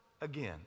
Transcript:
again